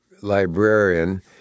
librarian